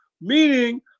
meaning